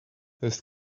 his